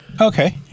Okay